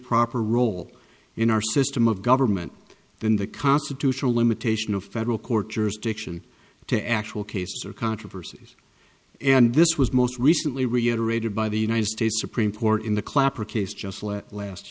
proper role in our system of government than the constitutional limitation of federal court jurisdiction to actual cases or controversies and this was most recently reiterated by the united states supreme court in the clapper case just let last